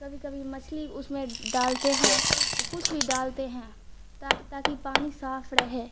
کبھی کبھی مچھلی اس میں ڈالتے ہیں کچھ بھی ڈالتے ہیں تاکہ پانی صاف رہے